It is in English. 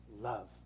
love